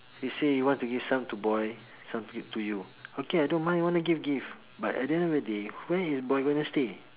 he say he want to give some to boy some give to you okay I don't mind want to give give but at the end of the day where is boy going to stay